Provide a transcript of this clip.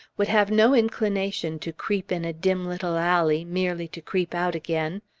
would have no inclination to creep in a dim little alley merely to creep out again.